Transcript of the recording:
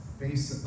face